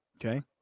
Okay